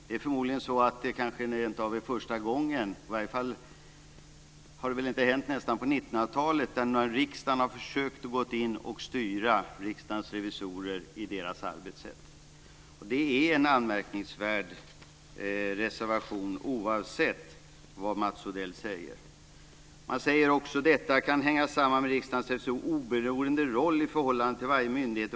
Det är kanske rentav första gången - det har i varje fall inte hänt på 1900-talet - som riksdagen försöker styra Riksdagens revisorer och dess arbetssätt. Det är en anmärkningsvärd reservation, oavsett vad Mats Odell säger. Man säger också att detta kan hänga samman med Riksdagens revisorers oberoende roll i förhållande till varje myndighet.